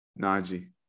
Najee